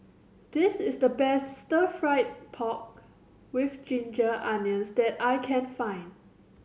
this is the best Stir Fry pork with ginger onions that I can find